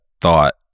thought